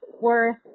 worth